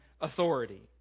authority